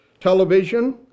television